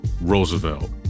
Roosevelt